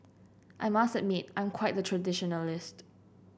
I must admit I'm quite the traditionalist